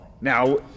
now